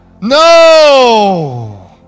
No